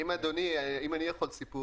אם אני יכול סיפור